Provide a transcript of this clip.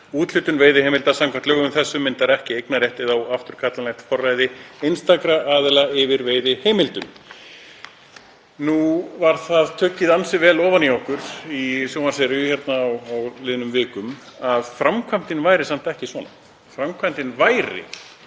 Úthlutun veiðiheimilda samkvæmt lögum þessum myndar ekki eignarrétt eða óafturkallanlegt forræði einstakra aðila yfir veiðiheimildum.“ Nú var það tuggið ansi vel ofan í okkur í sjónvarpsseríu á liðnum vikum að framkvæmdin væri samt ekki svona, að framkvæmdin væri